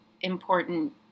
important